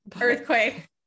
Earthquake